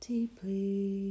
Deeply